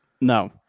No